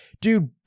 Dude